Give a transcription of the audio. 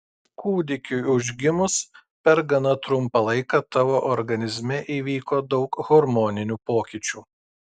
kūdikiui užgimus per gana trumpą laiką tavo organizme įvyko daug hormoninių pokyčių